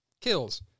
Kills